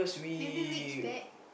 maybe which bag